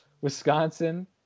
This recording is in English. Wisconsin